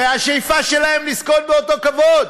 הרי השאיפה שלהם היא לזכות באותו כבוד.